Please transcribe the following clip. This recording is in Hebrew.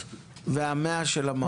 של הסוכנות וה-100 מיליון ₪ של המעו"ף?